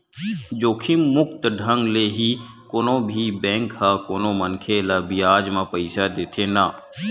जोखिम मुक्त ढंग ले ही कोनो भी बेंक ह कोनो मनखे ल बियाज म पइसा देथे न